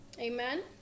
Amen